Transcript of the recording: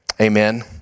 Amen